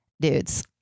dudes